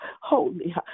holy